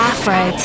Afro